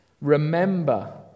Remember